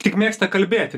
tik mėgsta kalbėti